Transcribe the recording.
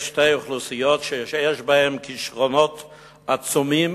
יש שתי אוכלוסיות שיש בהן כשרונות עצומים,